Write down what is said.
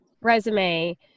resume